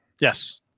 Yes